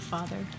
Father